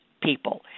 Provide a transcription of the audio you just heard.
people